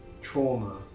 trauma